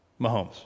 Mahomes